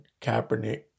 Kaepernick